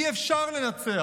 אי-אפשר לנצח,